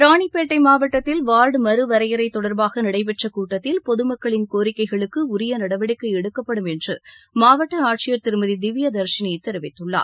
ராணிப்பேட்டை மாவட்டத்தில் வார்டு மறுவரையறை தொடர்பாக நடைபெற்ற கூட்டத்தில் பொதமக்களின் கோரிக்கைகளுக்கு உரிய நடவடிக்கை எடுக்கப்படும் என்று மாவட்ட ஆட்சியர் திருமதி திவ்யதர்ஷினி தெரிவித்துள்ளார்